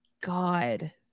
God